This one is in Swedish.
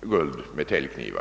guld med täljknivar.